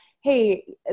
hey